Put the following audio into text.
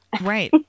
Right